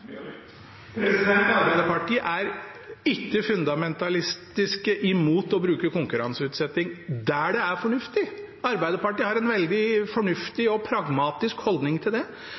Arbeiderpartiet er ikke fundamentalistisk imot å bruke konkurranseutsetting der det er fornuftig. Arbeiderpartiet har en veldig fornuftig og pragmatisk holdning til det.